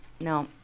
no